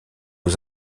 aux